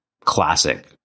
classic